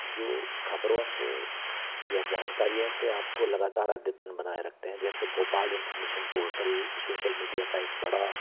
जो ख़बरों से या जानकारियों से आपको लगातार अद्यतन बनाए रखते हैं जैसे Bhopal information portal social media का एक बड़ा